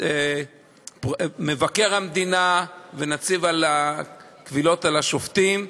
מבקר המדינה ונציב הקבילות על השופטים.